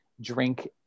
drink